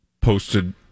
posted